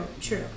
true